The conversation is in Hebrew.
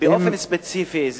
באופן ספציפי.